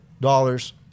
dollars